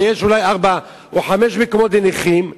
ויש אולי ארבעה או חמישה מקומות לנכים,